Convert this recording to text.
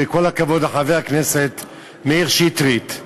וכל הכבוד לחבר הכנסת מאיר שטרית.